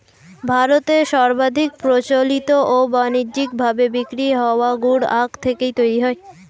ভারতে সর্বাধিক প্রচলিত ও বানিজ্যিক ভাবে বিক্রি হওয়া গুড় আখ থেকেই তৈরি হয়